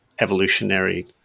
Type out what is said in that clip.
evolutionary